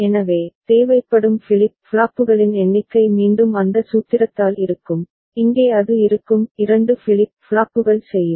எனவே தேவைப்படும் ஃபிளிப் ஃப்ளாப்புகளின் எண்ணிக்கை மீண்டும் அந்த சூத்திரத்தால் இருக்கும் இங்கே அது இருக்கும் 2 ஃபிளிப் ஃப்ளாப்புகள் செய்யும்